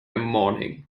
morning